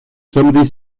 somebody